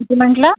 किती म्हटलं